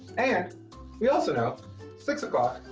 and we also know six o'clock